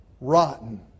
rotten